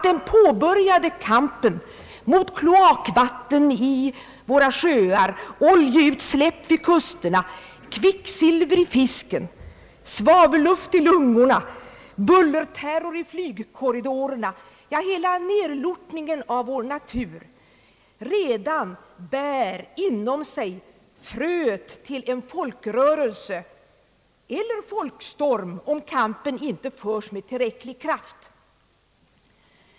Den påbörjade kampen mot kloakvatten i sjöarna, oljeutsläpp vid kusterna, kvicksilver i fisken, svavelluft i lungorna, bullerterror i flygkorridorerna — ja, hela nedlortningen av naturen — bär inom sig fröet till en folkrörelse eller folkstorm, om kampen inte förs med tillräcklig kraft.